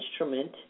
instrument